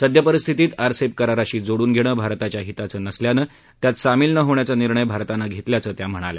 सद्य परिस्थितीत आरसेप कराराशी जोडून घेणं भारताच्या हिताचं नसल्यानं त्यात सामील न होण्याचा निर्णय भारतानं घेतल्याचं त्या म्हणाल्या